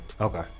Okay